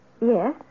Yes